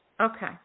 okay